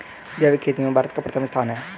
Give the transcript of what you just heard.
जैविक खेती में भारत का प्रथम स्थान है